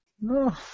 No